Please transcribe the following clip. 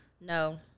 No